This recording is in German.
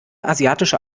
asiatische